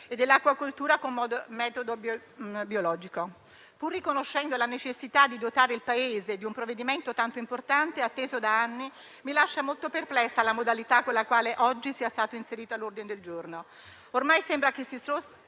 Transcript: e dell'acquacoltura con metodo biologico. Pur riconoscendo la necessità di dotare il Paese di un provvedimento tanto importante e atteso da anni, mi lascia molto perplessa la modalità con la quale oggi sia stato inserito all'ordine del giorno. Ormai sembra che si strozzi